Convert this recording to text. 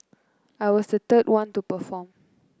I was the third one to perform